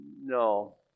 No